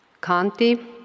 Kanti